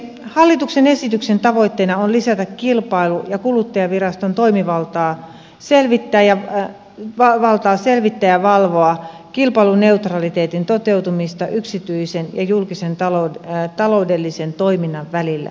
hallituksen esityksen tavoitteena on lisätä kilpailu ja kuluttajaviraston toimivaltaa selvittää ja valvoa kilpailuneutraliteetin toteutumista yksityisen ja julkisen taloudellisen toiminnan välillä